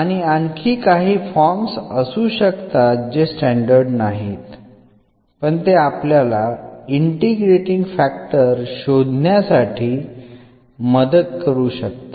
आणि आणखी काही फॉर्म असू शकतात जे स्टॅंडर्ड नाहीत पण ते आपल्याला इंटिग्रेटींग फॅक्टर शोधण्यासाठी मदत करू शकतात